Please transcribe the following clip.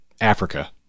Africa